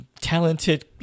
talented